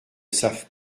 savent